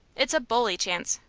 it's a bully chance.